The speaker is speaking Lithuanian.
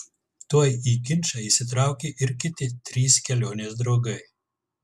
tuoj į ginčą įsitraukė ir kiti trys kelionės draugai